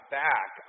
back